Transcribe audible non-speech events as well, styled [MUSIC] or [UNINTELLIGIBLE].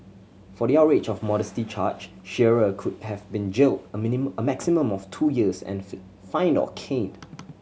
for the outrage of modesty charge Shearer could have been jailed a [UNINTELLIGIBLE] maximum of two years and [UNINTELLIGIBLE] fined or caned